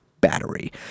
battery